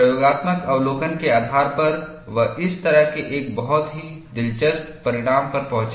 प्रयोगात्मक अवलोकन के आधार पर वह इस तरह के एक बहुत ही दिलचस्प परिणाम पर पहुंचे